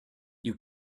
you